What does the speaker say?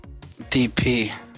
DP